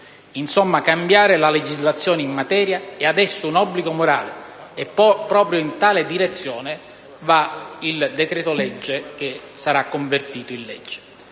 Insomma, cambiare la legislazione in materia è adesso un obbligo morale e proprio in tale direzione va il decreto-legge che sarà convertito in legge.